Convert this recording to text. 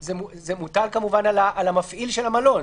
זה מוטל כמובן על המפעיל של המלון,